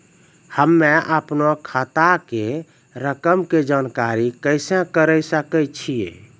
हम्मे अपनो खाता के रकम के जानकारी कैसे करे सकय छियै?